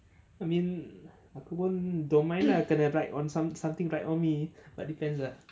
I mean aku pun don't mind lah kena ride on some something ride on me but